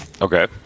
Okay